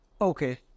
Okay